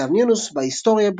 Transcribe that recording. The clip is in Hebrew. שכתב נניוס ב"היסטוריה בריטונום".